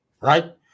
right